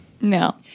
No